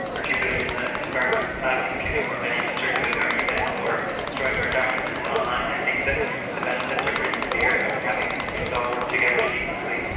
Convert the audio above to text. particularly in the environment of cloud computing where many of us are doing our email or storing our documents online. i think the the benefits are pretty clear of having these things all work together seamlessly.